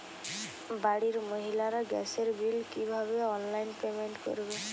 বাড়ির মহিলারা গ্যাসের বিল কি ভাবে অনলাইন পেমেন্ট করবে?